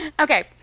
Okay